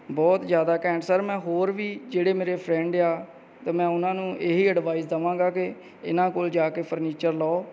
ਬਹੁਤ ਜ਼ਿਆਦਾ ਘੈਂਟ ਸਰ ਮੈਂ ਹੋਰ ਵੀ ਜਿਹੜੇ ਮੇਰੇ ਫਰੈਂਡ ਆ ਅਤੇ ਮੈਂ ਉਹਨਾਂ ਨੂੰ ਇਹ ਹੀ ਐਡਵਾਈਜ ਦੇਵਾਂਗਾ ਕਿ ਇਹਨਾਂ ਕੋਲ ਜਾ ਕੇ ਫਰਨੀਚਰ ਲਓ